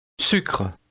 Sucre